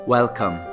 Welcome